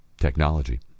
technology